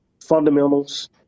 fundamentals